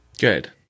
Good